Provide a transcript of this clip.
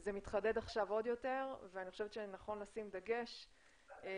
זה מתחדד עכשיו עוד יותר ואני חושבת שנכון לשים דגש על